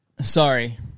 Sorry